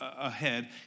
ahead